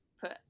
put